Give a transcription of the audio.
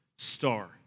Star